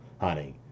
honey